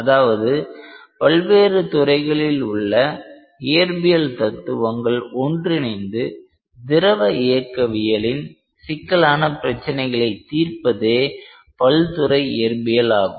அதாவது பல்வேறு துறைகளில் உள்ள இயற்பியல் தத்துவங்கள் ஒன்றிணைந்து திரவ இயக்கவியலின் சிக்கலான பிரச்சினைகளைத் தீர்ப்பதே பல்துறை இயற்பியல் ஆகும்